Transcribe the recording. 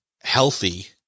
healthy